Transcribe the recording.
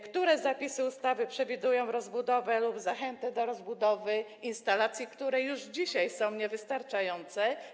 Które zapisy ustawy przewidują rozbudowę lub zachętę do rozbudowy instalacji, które już dzisiaj są niewystarczające?